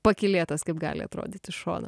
pakylėtas kaip gali atrodyt iš šono